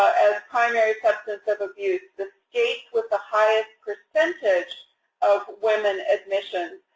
as primary substance of abuse, the state with the highest percentage of women admissions,